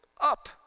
up